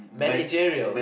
managerial